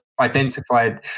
identified